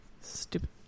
stupid